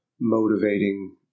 motivating